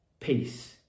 peace